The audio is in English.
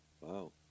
Wow